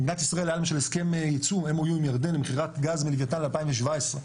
למדינת ישראל היה למשל הסכם יצוא עם ירדן למכירת גז מלווייתן ב-2017.